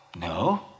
No